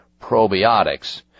probiotics